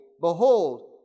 Behold